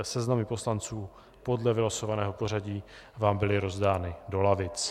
Seznamy poslanců podle vylosovaného pořadí vám byly rozdány do lavic.